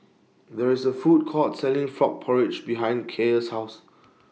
There IS A Food Court Selling Frog Porridge behind Kaia's House